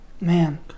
Man